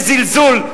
לזלזול,